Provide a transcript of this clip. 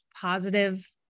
positive